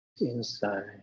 inside